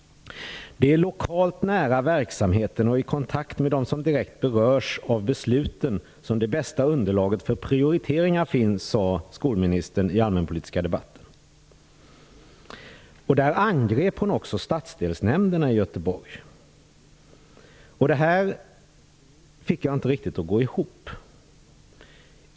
Det är lokalt nära verksamheten och i kontakt med dem som direkt berörs av besluten som det bästa underlaget för prioriteringar finns, sade skolministern. I den allmänpolitiska debatten angrep hon också stadsdelsnämnderna i Göteborg. Det här fick jag inte riktigt att gå ihop.